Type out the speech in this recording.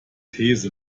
these